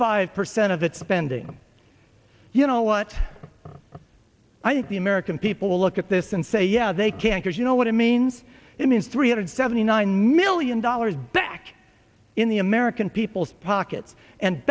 five percent of that spending you know what i think the american people will look at this and say yeah they can because you know what it means it means three hundred seventy nine million dollars back in the american people's pockets and